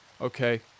Okay